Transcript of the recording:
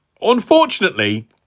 unfortunately